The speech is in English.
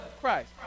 Christ